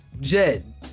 Jed